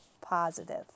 Positive